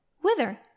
Whither